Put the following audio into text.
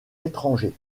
étrangers